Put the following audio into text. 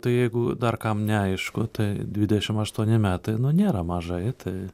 tai jeigu dar kam neaišku tai dvidešim aštuoni metai nu nėra mažai tai